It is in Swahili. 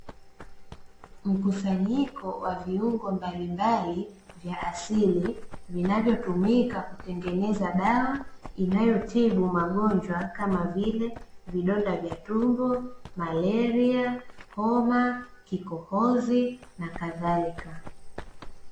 Mkusanyiko wa viungo mbalimbali vya asili vinavyotumika kutengeneza dawa inayotibu magonjwa kama vile: vidonda vya tumbo, malaria, homa, kikohozi na kadhalika.